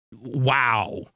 Wow